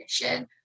condition